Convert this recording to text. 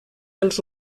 dels